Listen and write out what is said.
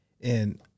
And-